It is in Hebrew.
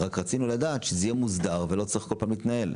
רק רצינו לדעת שזה יהיה מסודר ולא צריך כל פעם להתנהל.